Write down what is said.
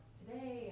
today